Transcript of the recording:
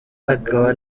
akaba